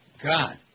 God